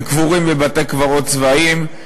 הם קבורים בבתי-קברות צבאיים,